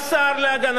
ואנחנו,